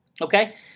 Okay